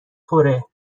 خوره